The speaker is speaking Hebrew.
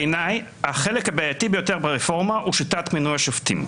בעיניי החלק הבעייתי ביותר ברפורמה הוא שיטת מינוי השופטים,